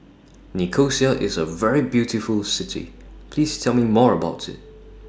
Nicosia IS A very beautiful City Please Tell Me More about IT